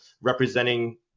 representing